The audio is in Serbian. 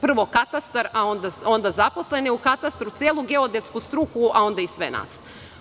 Prvo, katastar, a onda zaposlene u katastru, celu geodetsku struku, a onda i sve nas.